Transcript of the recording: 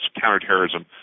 counterterrorism